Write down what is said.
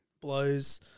Blows